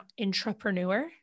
intrapreneur